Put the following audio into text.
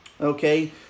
okay